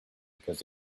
because